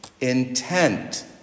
intent